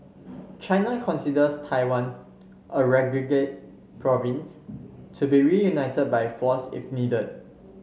China considers Taiwan a renegade province to be reunited by force if needed